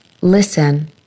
Listen